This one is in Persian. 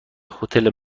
هتل